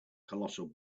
colossal